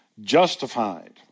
Justified